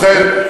ובכן,